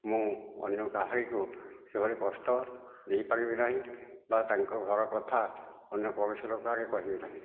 ମୁଁ ଅନ୍ୟ କାହାରିକୁ ସେଭଳି କଷ୍ଟ ଦେଇପାରିବି ନାହିଁ ବା ତାଙ୍କ ଘର କଥା ଅନ୍ୟ କୌଣସି ପ୍ରକାରେ କହିବି ନାହିଁ